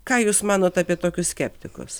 ką jūs manot apie tokius skeptikus